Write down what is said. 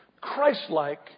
Christ-like